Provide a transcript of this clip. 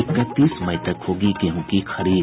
इकतीस मई तक होगी गेहूं की खरीद